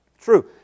true